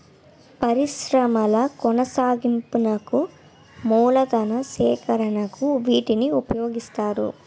పరిశ్రమల కొనసాగింపునకు మూలతన సేకరణకు వీటిని ఉపయోగిస్తారు